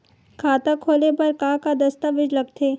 खाता खोले बर का का दस्तावेज लगथे?